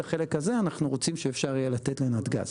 החלק הזה אנחנו רוצים שאפשר יהיה לתת לנתג"ז.